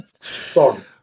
Sorry